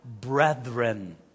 brethren